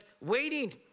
waiting